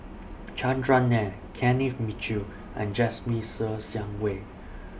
Chandran Nair Kenneth Mitchell and Jasmine Ser Xiang Wei